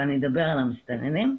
ואני אדבר על המסתננים,